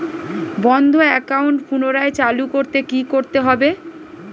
বন্ধ একাউন্ট পুনরায় চালু করতে কি করতে হবে?